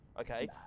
Okay